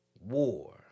War